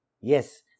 Yes